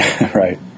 Right